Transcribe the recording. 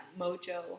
mojo